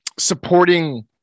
supporting